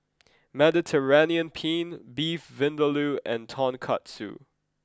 Mediterranean Penne Beef Vindaloo and Tonkatsu